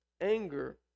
Anger